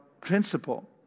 principle